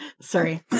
Sorry